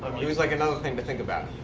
um it was like another thing to think about